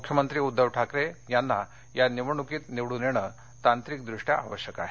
मुख्यमंत्री उद्वव ठाकरे यांना या निवडणुकीत निवडून येणं तांत्रिकदृष्ट्या आवश्यक आहे